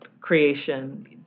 creation